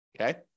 okay